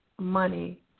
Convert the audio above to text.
money